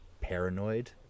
paranoid